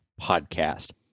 Podcast